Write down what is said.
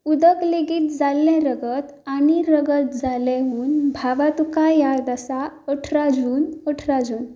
उदक लेगीत जाल्लें रगत आनी रगत जाल्लें हून भावा तुका याद आसा अठरा जून अठरा जून